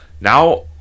now